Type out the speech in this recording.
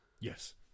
yes